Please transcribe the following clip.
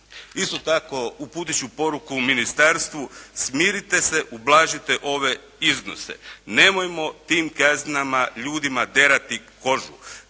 isto tako uputit ću poruku ministarstvu smirite se, ublažite ove iznose. Nemojmo tim kaznama ljudima derati kožu.